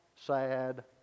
sad